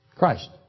Christ